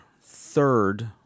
third